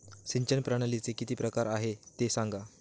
सिंचन प्रणालीचे किती प्रकार आहे ते सांगा